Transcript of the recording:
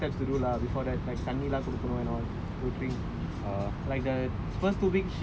அந்த:antha I because I like a lot of steps to do lah before that like தண்ணியெல்லாம் கொடுக்கனும்:tanniyellaam kodukkanum to drink